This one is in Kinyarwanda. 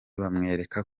bamwereka